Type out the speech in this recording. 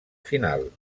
final